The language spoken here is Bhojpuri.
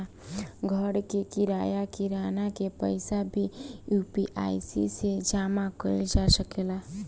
घर के किराया, किराना के पइसा भी यु.पी.आई से जामा कईल जा सकेला